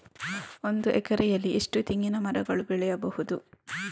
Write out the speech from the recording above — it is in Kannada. ಒಂದು ಎಕರೆಯಲ್ಲಿ ಎಷ್ಟು ತೆಂಗಿನಮರಗಳು ಬೆಳೆಯಬಹುದು?